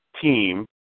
team